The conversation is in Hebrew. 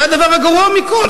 זה הדבר הגרוע מכול,